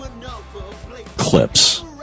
clips